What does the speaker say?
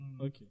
okay